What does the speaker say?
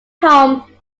home